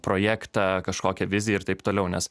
projektą kažkokią viziją ir taip toliau nes